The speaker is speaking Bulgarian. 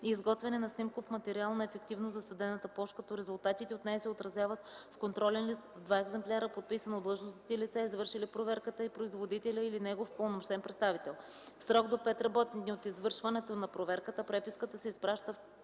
и изготвяне на снимков материал на ефективно засадената площ, като резултатите от нея се отразяват в контролен лист в два екземпляра, подписан от длъжностните лица, извършили проверката и производителя или негов упълномощен представител. В срок до 5 работни дни от извършването на проверката преписката се изпраща в ЦУ